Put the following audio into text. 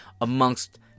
amongst